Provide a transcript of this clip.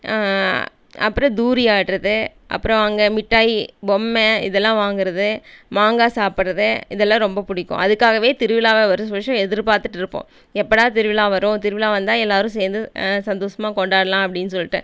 அப்புறம் தூரி ஆடுறது அப்புறம் அங்கே மிட்டாய் பொம்மை இதெல்லாம் வாங்குறது மாங்காய் சாப்புடுறது இதெல்லாம் ரொம்ப பிடிக்கும் அதற்காகவே திருவிழாவை வருஷம் வருஷம் எதிர்பார்த்துட்டுருப்போம் எப்படா திருவிழா வரும் திருவிழா வந்தா எல்லாரும் சேர்ந்து சந்தோஷமாக கொண்டாடலாம் அப்படின்னு சொல்லிட்டு